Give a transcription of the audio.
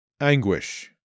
Anguish